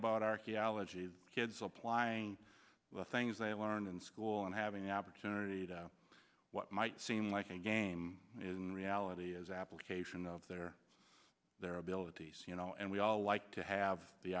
about archaeology the kids applying the things they learned in school and having the opportunity to what might seem like a game is in reality is application of their their abilities you know and we all like to have the